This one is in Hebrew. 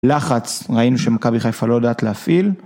לחץ, ראינו שמכבי חיפה לא יודעת להפעיל.